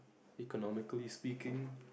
economically speaking